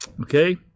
Okay